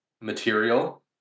material